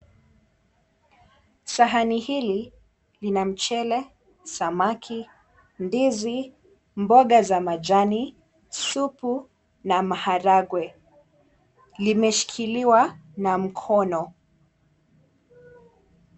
Sahani hili lina mchele, samaki, ndizi, mboga za majani, supu na maharagwe. Limeshikiliwa na mkono.